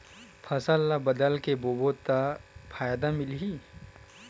फसल ल बदल के बोबो त फ़ायदा मिलही?